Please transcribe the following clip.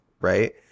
right